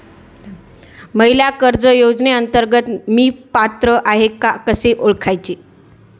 महिला कर्ज योजनेअंतर्गत मी पात्र आहे का कसे ओळखायचे?